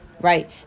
right